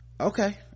okay